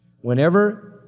whenever